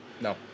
No